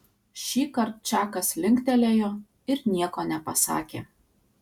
šįkart čakas linktelėjo ir nieko nepasakė